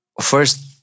first